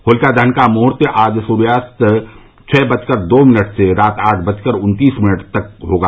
होलिका दहन का मुहूर्त आज सूर्यास्त छह बजकर दो मिनट से रात आठ बजकर उत्तीस मिनट तक होगा